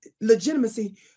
legitimacy